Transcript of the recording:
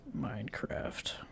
Minecraft